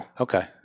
Okay